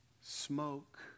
smoke